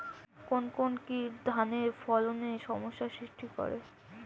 কোন কোন কীট ধানের ফলনে সমস্যা সৃষ্টি করে?